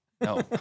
no